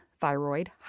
thyroid